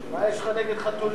מה יש לך גם נגד חתולים?